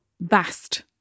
vast